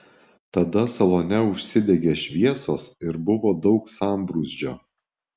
tada salone užsidegė šviesos ir buvo daug sambrūzdžio